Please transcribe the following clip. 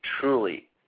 truly